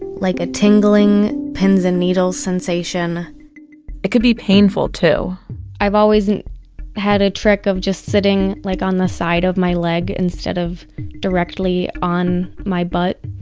like a tingling pins and needles sensation it could be painful, too i've always had a trick of just sitting like on the side of my leg instead of directly on my butt.